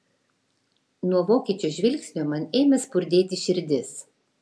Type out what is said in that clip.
nuo vokiečio žvilgsnio man ėmė spurdėti širdis